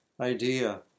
idea